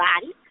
body